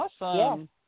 Awesome